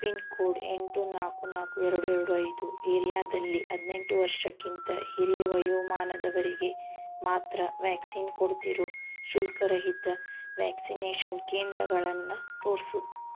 pin code ಎಂಟು ನಾಲ್ಕು ನಾಲ್ಕು ಎರಡು ಎರಡು ಐದು ಏರಿಯಾದಲ್ಲಿ ಹದಿನೆಂಟು ವರ್ಷಕ್ಕಿಂತ ಹಿರಿಯ ವಯೋಮಾನದವರಿಗೆ ಮಾತ್ರ ವ್ಯಾಕ್ಸೀನ್ ಕೊಡ್ತಿರೋ ಶುಲ್ಕರಹಿತ ವ್ಯಾಕ್ಸೀನೇಷನ್ ಕೇಂದ್ರಗಳನ್ನು ತೋರಿಸು